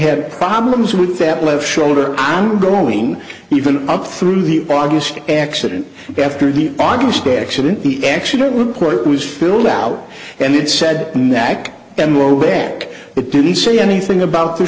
had problems with that left shoulder on growing even up through the august accident after the august day accident the accident report was filled out and it said neck and robeck it didn't say anything about the